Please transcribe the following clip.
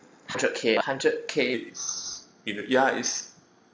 hundred K hundred K is ya is